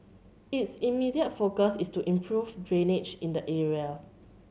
its immediate focus is to improve drainage in the area